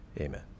amen